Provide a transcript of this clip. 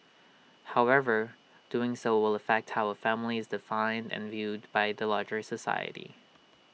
however doing so will affect how A family is defined and viewed by the larger society